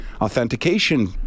authentication